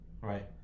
Right